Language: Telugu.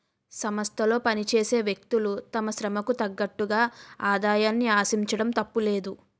సంస్థలో పనిచేసే వ్యక్తులు తమ శ్రమకు తగ్గట్టుగా ఆదాయాన్ని ఆశించడం తప్పులేదు